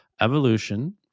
evolution